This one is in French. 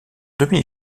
demi